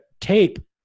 tape